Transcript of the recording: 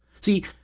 See